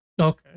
Okay